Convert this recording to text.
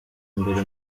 mbere